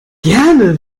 gerne